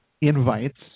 invites